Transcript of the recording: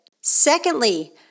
Secondly